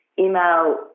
email